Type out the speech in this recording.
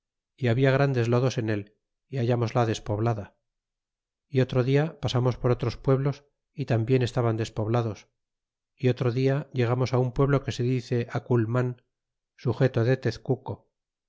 y babia grandes lodos en él y hallmosla despoblada otro dia pasamos por otros pueblos y tambien estaban despoblados y otro dia llegamos un pueblo que se dice aculman sujeto de tezcuco